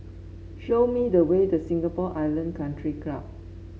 show me the way to Singapore Island Country Club